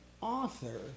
author